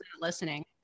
listening